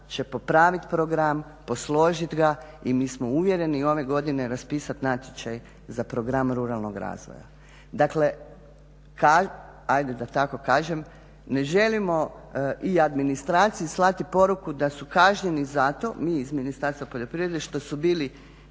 popravit program, posložit ga i mi smo uvjereni i ove godine raspisati natječaj za program ruralnog razvoja. Dakle, hajde da tako kažem ne želimo i administraciji slati poruku da su kažnjeni zato, mi iz Ministarstva poljoprivrede što su bili